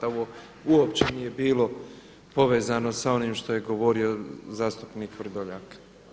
Ovo uopće nije bilo povezano s onim što je govorio zastupnik Vrdoljak.